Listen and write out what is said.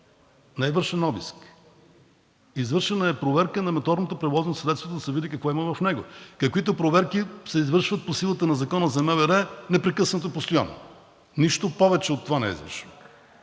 Не е вършен обиск! Извършена е проверка на моторното превозно средство, за да се види какво има в него, каквито проверки се извършват по силата на Закона за МВР непрекъснато, постоянно. Нищо повече от това не е извършвано,